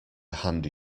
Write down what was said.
handy